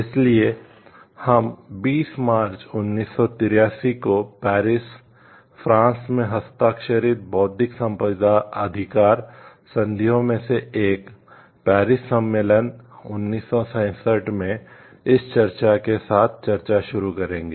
इसलिए हम 20 मार्च 1883 को पेरिस फ्रांस में हस्ताक्षरित बौद्धिक संपदा अधिकार संधियों में से एक पेरिस सम्मेलन 1967 में इस चर्चा के साथ चर्चा शुरू करेंगे